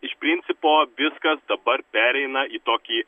iš principo viskas dabar pereina į tokį